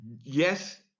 yes